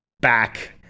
back